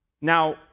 Now